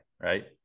right